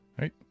Right